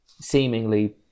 seemingly